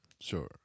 sure